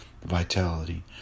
vitality